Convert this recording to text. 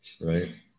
right